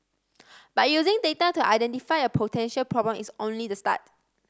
but using data to identify a potential problem is only the start